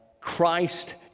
Christ